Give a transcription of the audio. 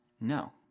No